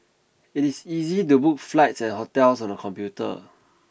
it is easy to book flights and hotels on the computer